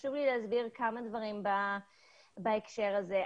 חשוב לי להסביר כמה דברים בהקשר הזה.